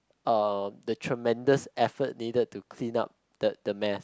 uh the tremendous effort needed to clean up the the mess